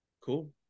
cool